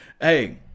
Hey